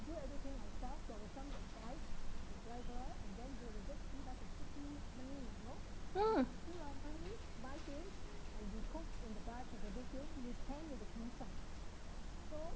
mm